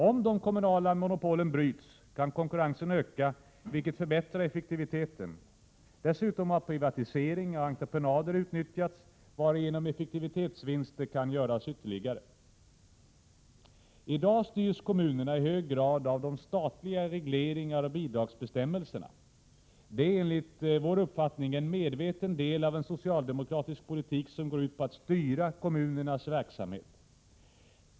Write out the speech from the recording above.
Om de kommunala monopolen bryts, kan konkurrensen öka, vilket förbättrar effektiviteten. Dessutom kan privatiseringar och entreprenader utnyttjas, varigenom ytterligare effektivitetsvinster kan göras. Kommunerna styrs i dag i hög grad av statliga regleringar och bidragsbestämmelser. Det är enligt vår uppfattning en medveten del av en socialdemokratisk politik, som går ut på att styra kommunernas verksamhet.